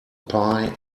pie